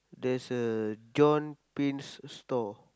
there's a John-Pin store